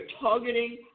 targeting